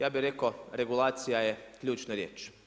Ja bih rekao regulacija je ključna riječ.